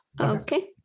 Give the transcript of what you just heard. Okay